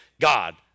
God